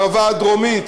הערבה הדרומית,